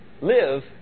live